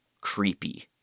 creepy